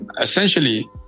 essentially